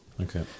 Okay